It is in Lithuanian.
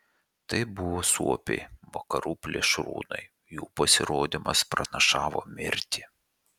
tai buvo suopiai vakarų plėšrūnai jų pasirodymas pranašavo mirtį